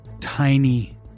tiny